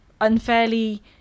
unfairly